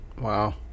Wow